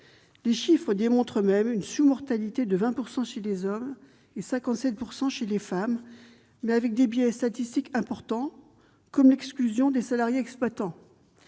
Les chiffres démontrent même une sous-mortalité de 20 % chez les hommes et de 57 % chez les femmes, mais avec des biais statistiques importants, comme l'exclusion des salariés-exploitants.